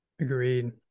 agreed